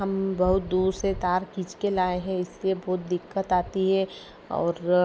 हम बहुत दूर से तार खींच के लाए हैं इसलिए बहुत दिक्कत आती है और